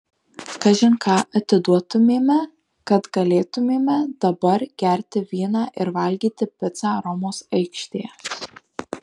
kažin ką atiduotumėme kad galėtumėme dabar gerti vyną ir valgyti picą romos aikštėje